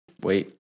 wait